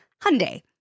Hyundai